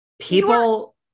People